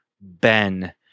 Ben